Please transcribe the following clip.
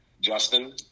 justin